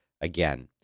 again